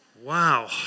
Wow